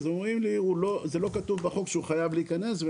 אז אומרים לי שזה לא כתוב בחוק שהוא חייב להיכנס.